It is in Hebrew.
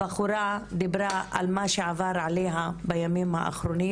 הבחורה דיברה על מה שעבר עליה בימים האחרונים